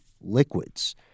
liquids